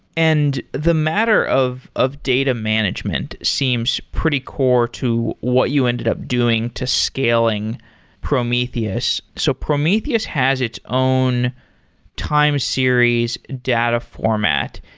and the matter of of data management seems pretty core to what you ended up doing to scaling prometheus. so prometheus has its own time series data format.